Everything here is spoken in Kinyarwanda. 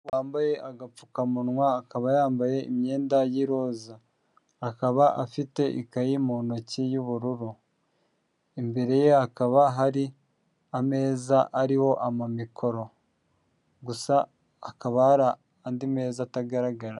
Wambaye agapfukamunwa akaba yambaye imyenda y'iroza akaba afite ikaye mu ntoki y'ubururu, imbere ye hakaba hari ameza ariho amamikoro gusa hakaba hari andi meza atagaragara.